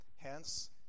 Hence